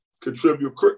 contribute